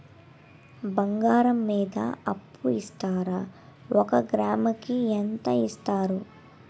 బంగారం మీద అప్పు ఇస్తారా? ఒక గ్రాము కి ఎంత ఇస్తారు?